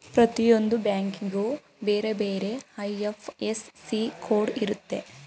ಪ್ರತಿಯೊಂದು ಬ್ಯಾಂಕಿಗೂ ಬೇರೆ ಬೇರೆ ಐ.ಎಫ್.ಎಸ್.ಸಿ ಕೋಡ್ ಇರುತ್ತೆ